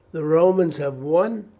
the romans have won!